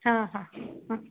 ହଁ ହଁ ହଁ